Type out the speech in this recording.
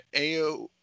AO